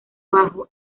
bajo